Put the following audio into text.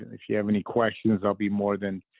if you have any questions i'll be more than